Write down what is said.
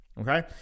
okay